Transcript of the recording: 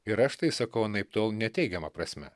ir aš tai sakau anaiptol ne teigiama prasme